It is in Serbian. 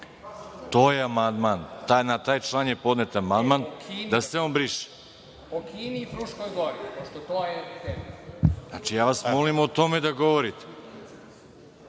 To je amandman. Na taj član je podnet amandman da se on briše. Molim vas o tome da govorite.